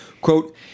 quote